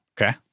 Okay